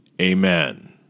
Amen